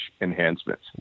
enhancements